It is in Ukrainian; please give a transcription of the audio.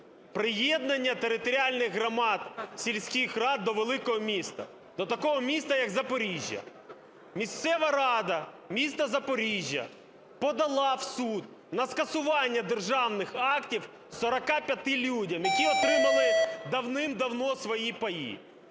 Приєднання територіальних громад сільських рад до великого міста – до такого міста, як Запоріжжя. Місцева рада міста Запоріжжя подала в суд на скасування державних актів 45 людям, які отримали давним-давно свої паї.